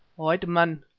white men,